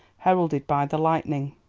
heralded by the lightning.